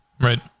Right